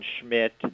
Schmidt